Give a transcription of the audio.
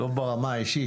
לא ברמה האישית,